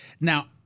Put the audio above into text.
Now